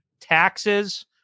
taxes